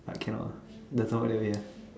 but cannot ah it doesn't work that way ah